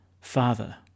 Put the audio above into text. Father